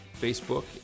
Facebook